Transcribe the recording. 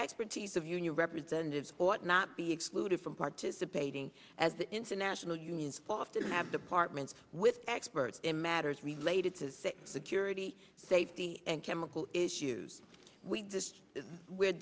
expertise of union representatives ought not be excluded from participating as the international unions for often have departments with experts in matters related to security safety and chemical issues w